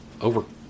over